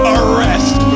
arrest